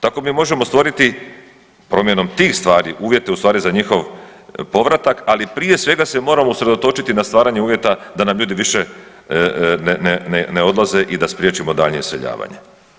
Tako mi možemo stvoriti promjenom tih stvari uvjete ustvari za njihov povratak, ali prije svega se moramo usredotočiti na stvaranje uvjeta da nam ljudi više ne odlaze i da spriječimo daljnje iseljavanje.